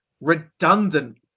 redundant